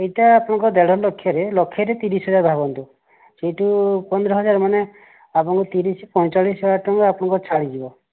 ଏଇଟା ଆପଣଙ୍କର ଦେଢ଼ ଲକ୍ଷ ରେ ଲକ୍ଷେରେ ତିରିଶ ହଜାର ଧରନ୍ତୁ ସେଇଠୁ ପନ୍ଦର ହଜାର ମାନେ ଆପଣଙ୍କ ତିରିଶ ପଇଁଚାଳିଶ ହଜାର ଟଙ୍କା ଆପଣଙ୍କର ଛାଡ଼ ହେଇଯିବ